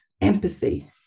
empathy